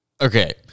Okay